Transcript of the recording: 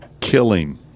killing